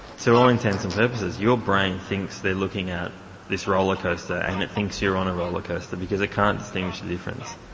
to all intents and purposes your brain thinks it's looking at this rollercoasters and it thinks you are on a rollercoasters because it can't distinguish the difference.